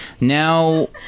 Now